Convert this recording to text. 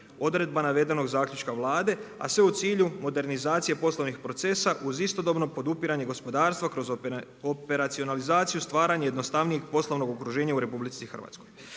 odredba navedenog zaključka Vlade, a sve u cilju modernizacije poslovnih procesa uz istodobno podupiranje gospodarstva kroz operacionalizaciju stvaranje jednostavnijeg poslovnog okruženja u RH. Kako